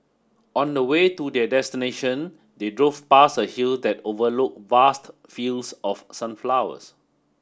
on the way to their destination they drove past a hill that overlook vast fields of sunflowers